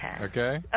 Okay